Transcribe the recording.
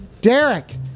Derek